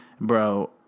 Bro